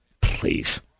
Please